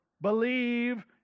Believe